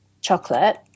chocolate